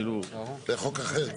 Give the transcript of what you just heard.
זה חוק אחר.